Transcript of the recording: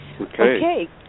Okay